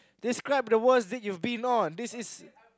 describe the worst date you have been on this is